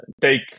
take